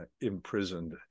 imprisoned